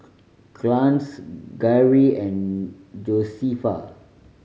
Clarnce Garry and Josefa